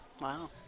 Wow